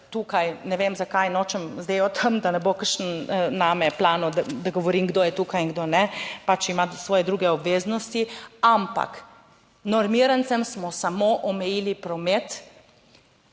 tukaj, ne vem zakaj, nočem zdaj o tem, da ne bo kakšen name plan, da govorim, kdo je tukaj in kdo ne, pač ima svoje druge obveznosti, ampak normirancem smo samo omejili promet